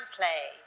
play